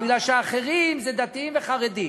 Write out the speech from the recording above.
כי האחרים זה דתיים וחרדים.